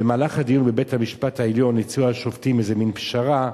במהלך הדיון בבית-המשפט העליון הציעו השופטים איזה מין פשרה,